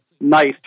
nice